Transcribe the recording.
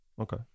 Okay